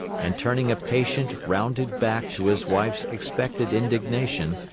and turning a patient, rounded back to his wife's expected indignation,